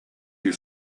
you